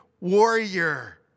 warrior